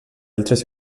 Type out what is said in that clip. altres